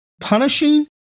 punishing